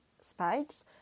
spikes